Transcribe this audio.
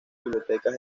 bibliotecas